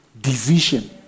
decision